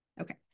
Okay